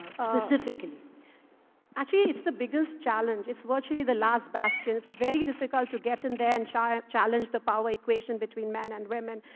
actually, it's the biggest challenge. it's virtually the last bastion. it's very difficult to get in there and yeah ah challenge the power equation between men and women.